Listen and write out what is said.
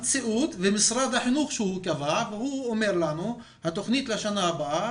משרד החינוך קבע והוא אומר לנו שהתוכנית לשנה הבאה,